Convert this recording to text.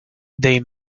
they